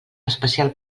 especial